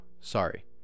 sorry